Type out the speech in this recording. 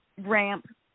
ramp